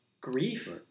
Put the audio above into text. grief